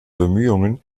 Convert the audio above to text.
bemühungen